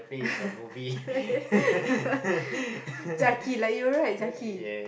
Chucky like you right Chucky